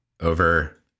Over